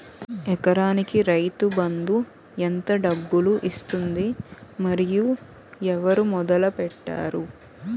ఎకరానికి రైతు బందు ఎంత డబ్బులు ఇస్తుంది? మరియు ఎవరు మొదల పెట్టారు?